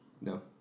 No